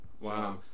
Wow